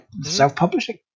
self-publishing